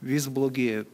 vis blogėjo